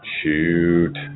Shoot